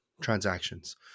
transactions